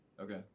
Okay